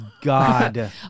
God